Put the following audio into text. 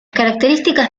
características